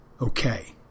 Okay